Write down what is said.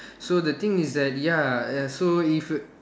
so the thing is that ya uh so if you